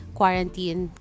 quarantine